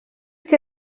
que